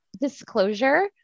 disclosure